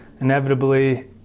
inevitably